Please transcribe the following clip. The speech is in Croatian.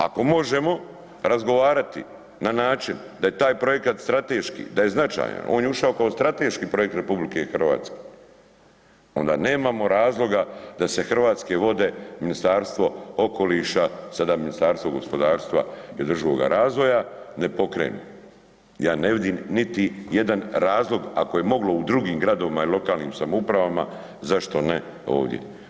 Ako možemo razgovarati na način da je taj projekat strateški, da je značajan, on je ušao kao strateški projekt Republike Hrvatske, onda nemamo razloga da se Hrvatske vode, Ministarstvo okoliša, sada Ministarstvo gospodarstva i održivoga razvoja, ne pokrenu, ja ne vidim niti jedan razlog, ako je moglo u drugim gradovima i lokalnim samoupravama, zašto ne ovdje.